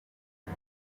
and